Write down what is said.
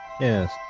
Yes